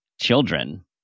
children